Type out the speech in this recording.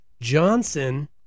Johnson